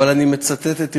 אבל אני מצטט את ירמיהו,